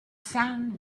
sand